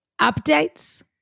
updates